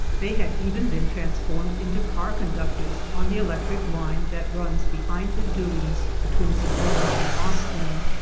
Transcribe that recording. they had even been transformed into car conductors on the electric line that runs behind the dunes between zeebrugge and ostend.